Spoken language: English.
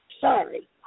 Sorry